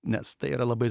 nes tai yra labai